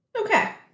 okay